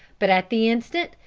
but at the instant,